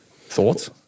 Thoughts